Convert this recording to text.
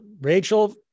Rachel